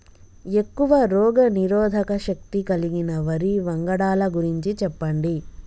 ఎక్కువ రోగనిరోధక శక్తి కలిగిన వరి వంగడాల గురించి చెప్పండి?